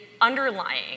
underlying